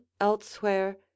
elsewhere